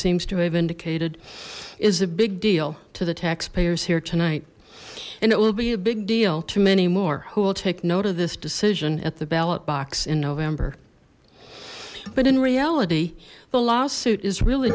seems to have indicated is a big deal to the taxpayers here tonight and it will be a big deal to many more who will take note of this decision at the ballot box in november but in reality the lawsuit is really